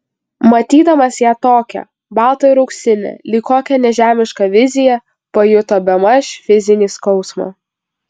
matydamas ją tokią baltą ir auksinę lyg kokią nežemišką viziją pajuto bemaž fizinį skausmą